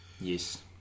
Yes